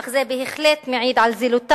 אך זה בהחלט מעיד על זילות,